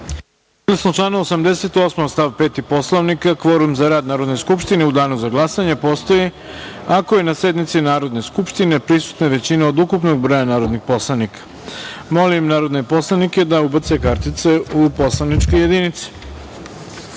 članu 88. stav 5. Poslovnika, kvorum za rad Narodne skupštine u danu za glasanje postoji ako je na sednici Narodne skupštine prisutna većina od ukupnog broja narodnih poslanika. Molim narodne poslanike da ubace kartice u poslaničke